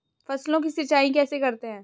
फसलों की सिंचाई कैसे करते हैं?